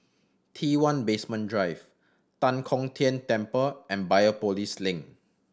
T One Basement Drive Tan Kong Tian Temple and Biopolis Link